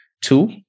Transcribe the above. Two